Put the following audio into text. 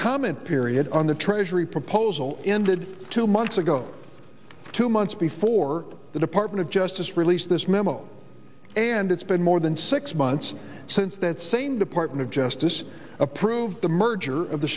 comment period on the treasury proposal ended two months ago two months before the department of justice released this memo and it's been more than six months since that same department of justice approved the merger